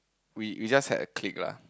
we we just had a click lah